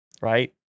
Right